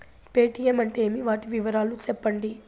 Paytm అంటే ఏమి, వాటి వివరాలు సెప్పండి?